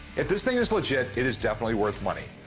if this thing is legit, it is definitely worth money.